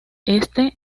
éste